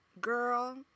girl